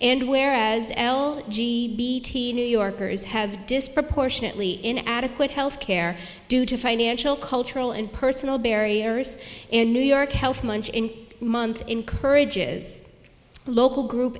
and whereas al new yorkers have disproportionately in adequate health care due to financial cultural and personal barriers and new york health month in month encourages local group